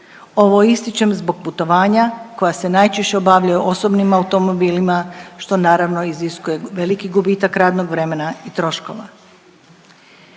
Ovo ističem zbog putovanja koja se najčešće obavljaju osobnim automobilima, što naravno iziskuje veliki gubitak radnog vremena i troškova.